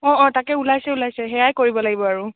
অঁ অঁ তাকে ওলাইছোঁ ওলাইছোঁ সেয়াই কৰিব লাগিব আৰু